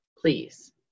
please